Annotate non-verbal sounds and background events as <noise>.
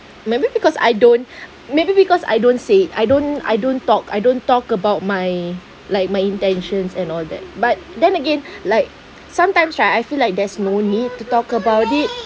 maybe because I don't <breath> maybe because I don't say it I don't I don't talk I don't talk about my like my intentions and all that but then again <breath> like sometimes right I feel like there's no need to talk about it